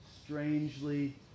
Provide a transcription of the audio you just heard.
strangely